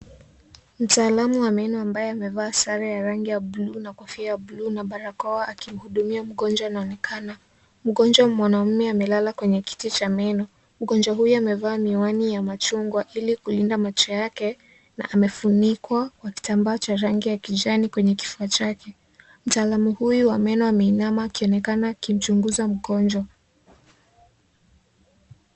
Mtaalamu wa meno ambaye amevaa sare ya rangi ya(cs) blue(cs),kofia ya (cs)blue(cs), na barakoa akimhudumia anaonekana, mgonjwa mwanaume amelala kwenye kiti cha meno, mgonjwa huyu amevaa miwani ya machungwa ili kulinda macho yake, amefunikwa na kitambaa cha rangi ya kijani kwenye kifua chake, mtalamu huyu wa meno ameinama akionekana kumchunguza mgonjwa.